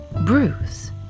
Bruce